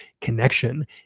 connection